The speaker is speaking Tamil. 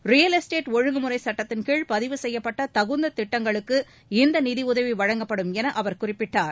ரியல் எஸ்டேட் ஒழுங்கு முறை சுட்டத்தின் கீழ் பதிவு செய்யப்பட்ட தகுந்த திட்டங்களுக்கு இந்த நிதியுதவி வழங்கப்படும் என அவர் குறிப்பிட்டார்